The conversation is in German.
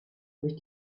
durch